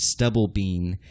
Stubblebean